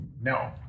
no